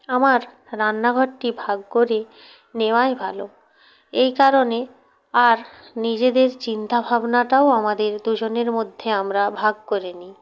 আমার রান্নাঘরটি ভাগ করে নেওয়াই ভালো এই কারণে আর নিজেদের চিন্তা ভাবনাটাও আমাদের দুজনের মধ্যে আমরা ভাগ করে নিই